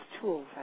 tools